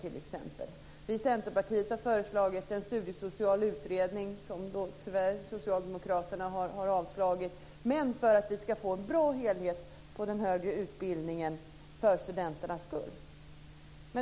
Vi i Centerpartiet har föreslagit en studiesocial utredning, något som tyvärr socialdemokraterna har avstyrkt, för att vi ska få en bra helhet i den högre utbildningen för studenternas skull.